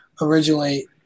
originally